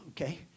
okay